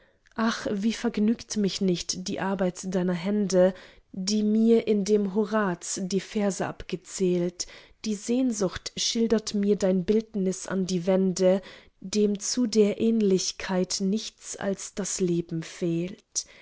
ach wie vergnügt mich nicht die arbeit deiner hände die mir in dem horaz die verse abgezählt die sehnsucht schildert mir dein bildnis an die wände dem zu der ähnlichkeit nichts als das leben fehlt